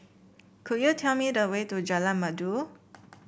could you tell me the way to Jalan Merdu